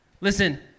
Listen